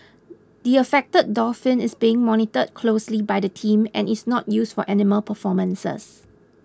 the affected dolphin is being monitored closely by the team and is not used for animal performances